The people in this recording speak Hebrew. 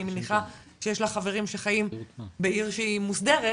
אני מניחה שיש לך חברים שחיים בעיר שהיא מוסדרת